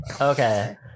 Okay